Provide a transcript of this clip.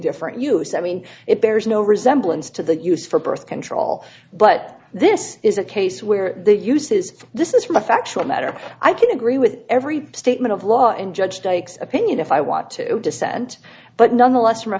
different use i mean it bears no resemblance to the use for birth control but this is a case where it uses this is from a factual matter i can agree with every statement of law and judged opinion if i want to dissent but nonetheless from a